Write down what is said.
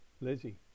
Lizzie